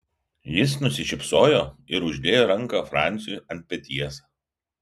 jis nusišypsojo ir uždėjo ranką franciui ant peties